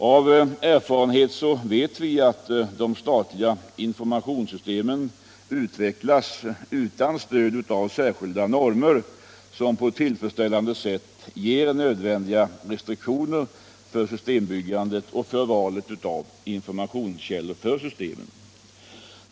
Av erfarenhet vet vi att de statliga informationssystemen utvecklas utan stöd av särskilda normer som på ett tillfredsställande sätt ger nödvändiga restriktioner för systembyggandet och för valet av informationskällor för systemen.